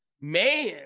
man